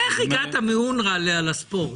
איך הגעת מאונר"א לספורט?